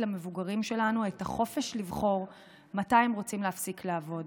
למבוגרים שלנו את החופש לבחור מתי הם רוצים להפסיק לעבוד.